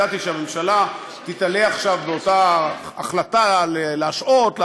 ידעתי שהממשלה תיתלה עכשיו באותה החלטה להשהות,